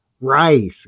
Rice